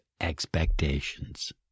expectations